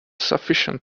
sufficient